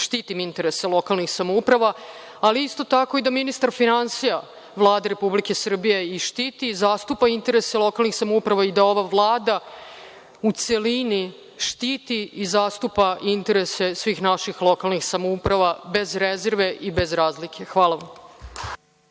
štitim interese lokalnih samouprava, ali isto tako i da ministar finansija Vlade Republike Srbije i štiti i zastupa interese lokalnih samouprava i da ova Vlada u celini štiti i zastupa interese svih naših lokalnih samouprava, bez rezerve i bez razlike. Hvala vam.